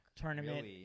tournament